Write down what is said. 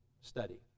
study